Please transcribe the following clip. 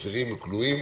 אסירים וכלואים),